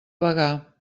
bagà